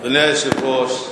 אדוני היושב-ראש,